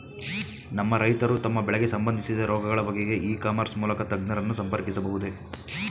ನಮ್ಮ ರೈತರು ತಮ್ಮ ಬೆಳೆಗೆ ಸಂಬಂದಿಸಿದ ರೋಗಗಳ ಬಗೆಗೆ ಇ ಕಾಮರ್ಸ್ ಮೂಲಕ ತಜ್ಞರನ್ನು ಸಂಪರ್ಕಿಸಬಹುದೇ?